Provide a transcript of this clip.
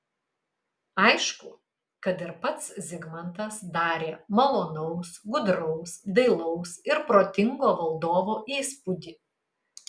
aišku kad ir pats zigmantas darė malonaus gudraus dailaus ir protingo valdovo įspūdį